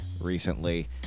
recently